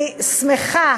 אני שמחה